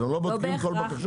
אתם לא בודקים כל בקשה?